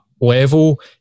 level